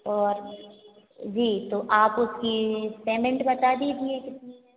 और जी तो आप उसकी पेमेंट बता दीजिये